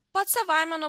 pats savaime